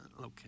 Okay